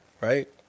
right